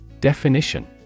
Definition